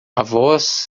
avós